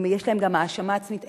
יש להן גם האשמה עצמית,